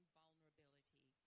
vulnerability